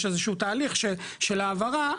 יש איזשהו תהליך של העברה,